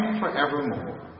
forevermore